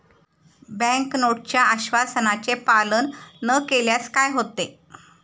Bank नोटच्या आश्वासनाचे पालन न केल्यास काय होते?